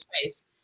space